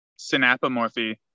synapomorphy